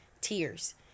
tears